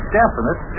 definite